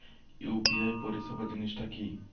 UPI পরিসেবা জিনিসটা কি?